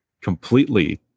completely